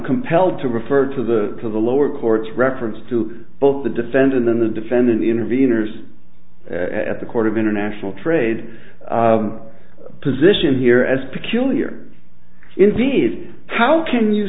compelled to refer to the to the lower courts reference to both the defendant in the defendant intervenors at the court of international trade position here as peculiar indeed how can you